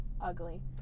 Ugly